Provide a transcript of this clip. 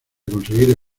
conseguir